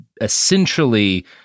essentially